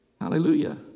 Hallelujah